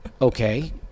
Okay